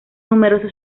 numerosos